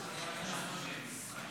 הבין-לאומיות של מדינת ישראל בעניין זה.